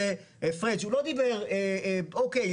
אוקיי,